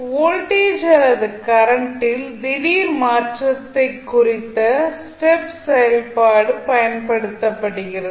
voltage அல்லது கரண்ட்டில் திடீர் மாற்றத்தை குறிக்க ஸ்டெப் செயல்பாடு பயன்படுத்தப்படுகிறது